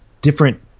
different